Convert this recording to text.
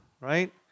right